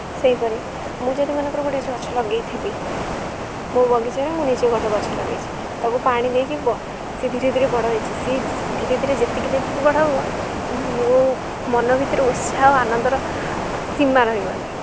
ସେହିପରି ମୁଁ ଯଦି ମନେକର ଗୋଟେ ଗଛ ଲଗାଇଥିବି ମୋ ବଗିଚାରେ ମୁଁ ନିଜେ ଗୋଟେ ଗଛ ଲଗାଇଛି ତାକୁ ପାଣି ଦେଇକି ସେ ଧୀରେ ଧୀରେ ବଡ଼ ହୋଇଛି ସେ ଧୀରେ ଧୀରେ ଯେତିକି ଯେତିକି ବଡ଼ ହେବ ମୋ ମନ ଭିତରେ ଉତ୍ସାହ ଓ ଆନନ୍ଦର ସୀମା ରହିବନି